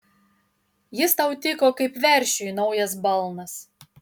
jis tau tiko kaip veršiui naujas balnas